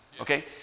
okay